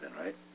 right